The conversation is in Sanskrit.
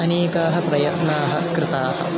अनेकाः प्रयत्नाः कृताः